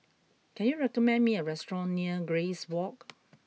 can you recommend me a restaurant near Grace Walk